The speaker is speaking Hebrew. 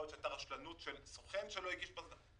יכול להיות שהייתה רשלנות של סוכן שלא הגיש בקשה.